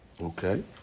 Okay